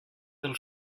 del